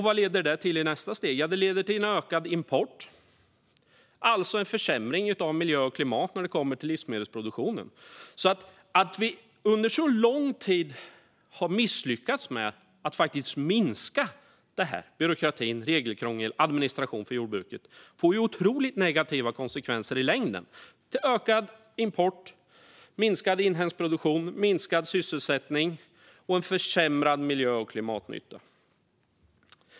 Vad leder det till i nästa steg? Jo, det leder till en ökad import, alltså en försämring av miljö och klimat när det kommer till livsmedelsproduktionen. Att vi under så lång tid har misslyckats med att minska byråkratin, regelkrånglet och administrationen för jordbruket får alltså otroligt negativa konsekvenser i längden: ökad import, minskad inhemsk produktion, minskad sysselsättning och försämrad miljö och klimatnytta.